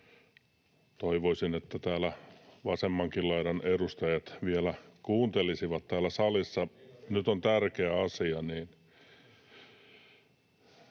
toivoisin, että vasemmankin laidan edustajat vielä kuuntelisivat täällä salissa, [Kimmo Kiljunen: